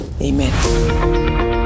Amen